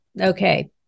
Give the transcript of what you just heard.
Okay